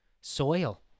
soil